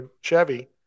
Chevy